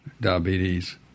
diabetes